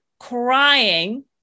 crying